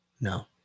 No